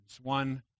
one